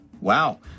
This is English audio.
Wow